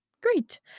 great